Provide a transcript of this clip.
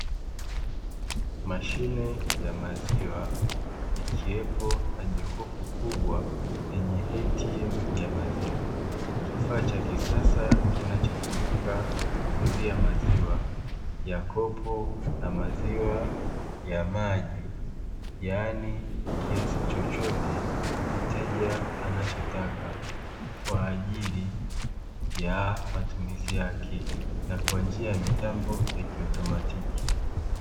Mashine ya maziwa ikiwepo na jokofu kubwa lenye ATM ya maziwa; kifaa cha kisasa kinachotumika kuuzia maziwa ya kopo na maziwa ya maji, yaani kiasi chochote mteja anachotaka kwa ajili ya matumizi yake kwa njia ya mitambo ya kiautomatiki.